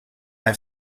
have